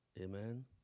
Amen